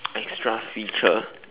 extra feature